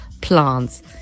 plants